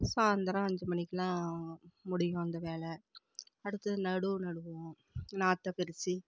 சாய்ந்தரம் அஞ்சு மணிக்கெல்லாம் முடியும் அந்த வேலை அடுத்தது நடவு நடுவோம் நாற்றைப் பிரித்து